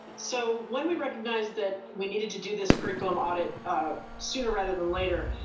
so when we recognized that we needed to do this curriculum audit sooner, rather than later,